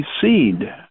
seed